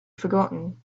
forgotten